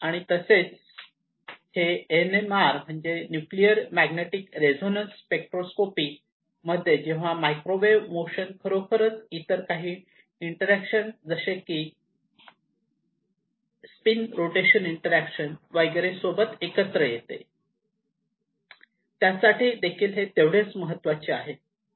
आणि तसेच हे NMR म्हणजेच न्यूक्लियर मॅग्नेटिक रेझोनन्स स्पेक्ट्रोस्कॉपी मध्ये जेव्हा मायक्रोवेव मोशन खरोखर इतर काही इंटरॅक्शन जसे की स्पिन रोटेशन इंटरॅक्शन वगैरे सोबत एकत्र येते त्यासाठी देखील तेवढेच महत्वाचे आहे